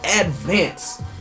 advance